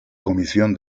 comisión